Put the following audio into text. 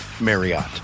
Marriott